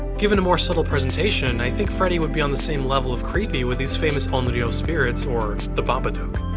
given a more subtle presentation, i think freddy would be on the same level of creepy with these famous onryo spirits or the babadook.